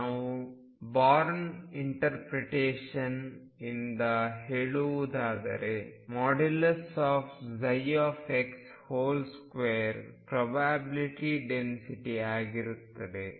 ನಾವು Born interpretation ಇಂದ ಹೇಳುವುದಾದರೆ x2 ಪ್ರೊಬ್ಯಾಬಿಲ್ಟಿ ಡೆನ್ಸಿಟಿ ಆಗಿರುತ್ತದೆ